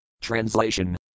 Translation